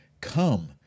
Come